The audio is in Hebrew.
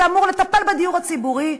שאמור לטפל בדיור הציבורי,